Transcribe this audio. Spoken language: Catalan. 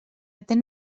atén